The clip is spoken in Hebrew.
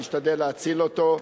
נשתדל להציל אותו.